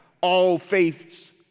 all-faiths